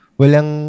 walang